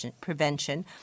prevention